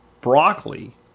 broccoli